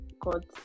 God